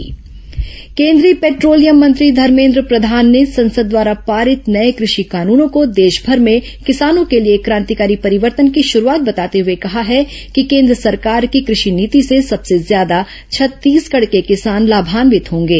धर्मेन्द्र प्रधान बैठक केंद्रीय पेट्रोलियम मंत्री धर्मेन्द्र प्रधान ने संसद द्वारा पारित नये कृषि कानूनों को देशमर में किसानों के लिए क्रांतिकारी परिवर्तन की शुरूआत बताते हुए कहा है कि केन्द्र सरकार की कृषि नीति से सबसे ज्यादा छत्तीसगढ़ के किसान लाभान्वित होंगे